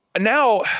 now